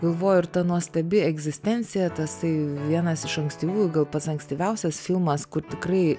galvoju ir ta nuostabi egzistencija tasai vienas iš ankstyvųjų gal pats ankstyviausias filmas kur tikrai